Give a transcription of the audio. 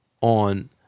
on